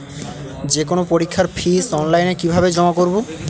যে কোনো পরীক্ষার ফিস অনলাইনে কিভাবে জমা করব?